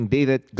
David